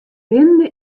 rinnende